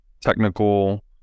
technical